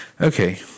Okay